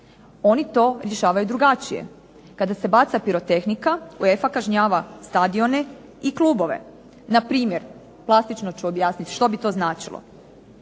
Oni to rješavaju drugačije. Kada se baca pirotehnika UEFA kažnjava stadione i klubove. Na primjer, plastično ću objasniti što bi to značilo.